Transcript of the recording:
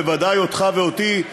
בוודאי אותך ואותי,